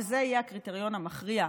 וזה יהיה הקריטריון המכריע,